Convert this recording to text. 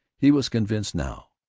he was convinced now.